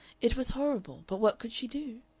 it was horrible, but what could she do?